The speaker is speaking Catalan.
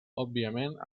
òbviament